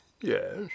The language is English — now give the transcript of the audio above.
Yes